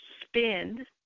spend